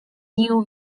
new